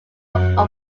local